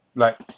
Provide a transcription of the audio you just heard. like